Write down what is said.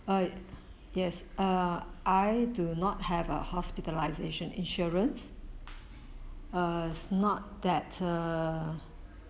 uh yes uh I do not have a hospitalisation insurance uh not that err